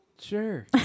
Sure